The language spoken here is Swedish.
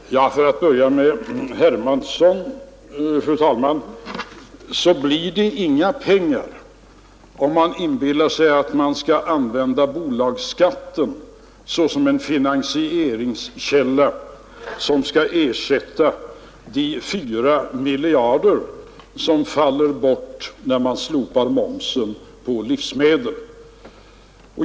Fru talman! För att börja med herr Hermansson vill jag framhålla, att det inte blir några pengar att tala om om man inbillar sig att man skall använda bolagsskatten såsom en finansieringskälla som skall ersätta de 4 miljarder som faller bort när man slopar momsen på livsmedel.